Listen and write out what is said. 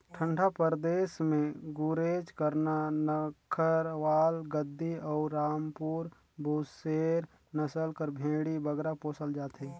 ठंडा परदेस में गुरेज, करना, नक्खरवाल, गद्दी अउ रामपुर बुसेर नसल कर भेंड़ी बगरा पोसल जाथे